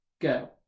Go